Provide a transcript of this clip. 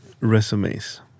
resumes